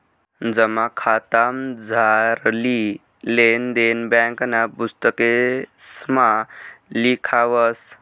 जमा खातामझारली लेन देन ब्यांकना पुस्तकेसमा लिखावस